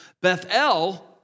Bethel